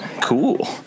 Cool